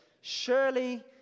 Surely